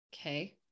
Okay